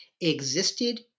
existed